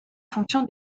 fonction